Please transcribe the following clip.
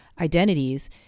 identities